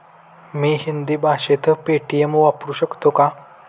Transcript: मी हिंदी भाषेत पेटीएम वापरू शकतो का?